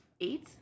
Eight